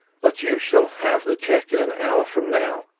but you shall have the cheque in an hour from now.